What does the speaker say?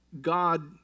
God